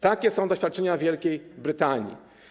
Takie są doświadczenia Wielkiej Brytanii.